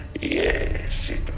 Yes